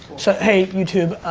so hey youtube,